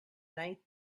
night